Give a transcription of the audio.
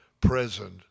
present